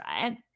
right